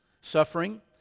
suffering